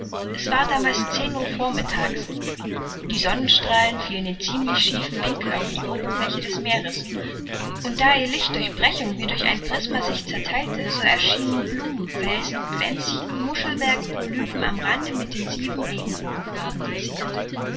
es war damals zehn uhr vormittags die sonnenstrahlen fielen in ziemlich schiefem winkel auf die oberfläche des meeres und da ihr licht durch brechung wie durch ein prisma sich zertheilte so erschienen blumen felsen pflänzchen muschelwerk polypen am rande mit den sieben regenbogenfarben geziert